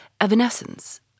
evanescence